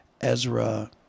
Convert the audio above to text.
Ezra